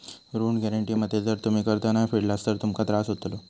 ऋण गॅरेंटी मध्ये जर तुम्ही कर्ज नाय फेडलास तर तुमका त्रास होतलो